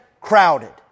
crowded